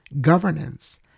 governance